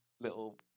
little